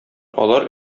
алар